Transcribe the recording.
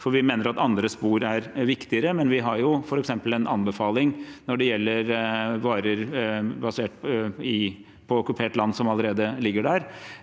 for vi mener at andre spor er viktigere. Men vi har jo f.eks. en anbefaling når det gjelder varer basert på okkupert land, som allerede ligger der.